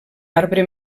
arbre